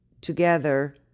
together